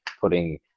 putting